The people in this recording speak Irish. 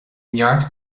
neart